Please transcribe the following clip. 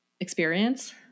experience